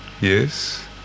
Yes